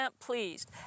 pleased